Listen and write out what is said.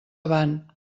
avant